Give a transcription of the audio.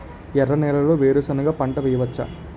ఎర్ర నేలలో వేరుసెనగ పంట వెయ్యవచ్చా?